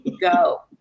go